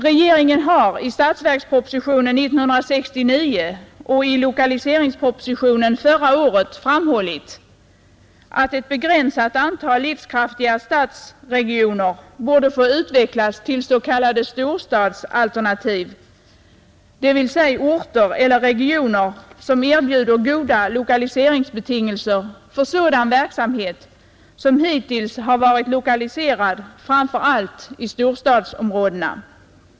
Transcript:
Regeringen har i statsverkspropositionen 1969 och i lokaliseringspropositionen förra året framhållit att ett begränsat antal livskraftiga stadsregioner borde få utvecklas till s.k. storstadsalternativ, dvs. orter eller regioner som erbjuder goda lokaliseringsbetingelser och sådan verksamhet som hittills har varit lokaliserad framför allt i storstadsområdena.